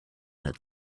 had